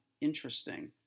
interesting